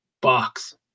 box